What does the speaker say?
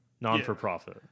non-for-profit